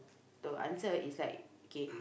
to answer is like kay